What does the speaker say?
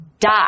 Die